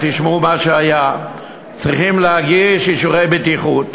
תשמעו מה היה: צריכים להגיש אישורי בטיחות.